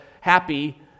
happy